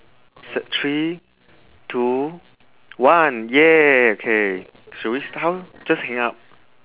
three two one yeah okay should we st~ how just hang up